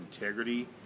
integrity